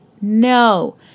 No